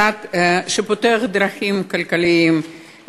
צעד שפותח דרכים כלכליות,